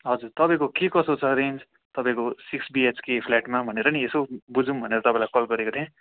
हजुर तपाईँको के कसो छ रेन्ज तपाईँको सिक्स बिएचके फ्ल्याटमा भनेर नि यसो बुझौँ भनेर तपाईँलाई कल गरेको थिएँ